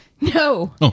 No